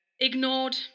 ignored